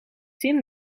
tim